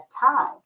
time